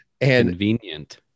Convenient